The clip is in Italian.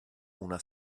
una